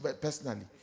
personally